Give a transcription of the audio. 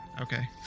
Okay